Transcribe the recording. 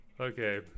Okay